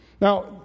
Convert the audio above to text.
Now